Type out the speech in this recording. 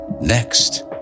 Next